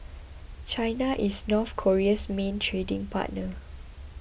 China is North Korea's main trading partner